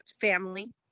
family